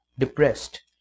Depressed